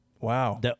wow